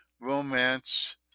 romance